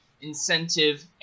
incentive